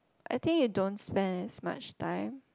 I think you don't spend as much time